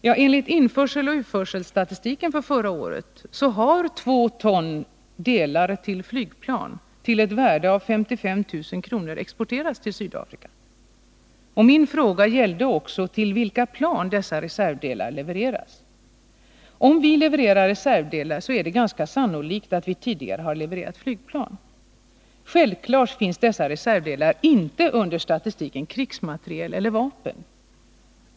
Men enligt införseloch utförselstatistik för förra året har 2 ton delar till flygplan till ett värde av 55 000 kr. exporterats till Sydafrika. Min fråga gällde också till vilka plan dessa reservdelar levererats. Om vi levererar reservdelar är det ganska sannolikt att vi tidigare har levererat flygplan. Självfallet finns dessa reservdelar inte under statistiken för krigsmateriel eller vapen.